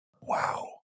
Wow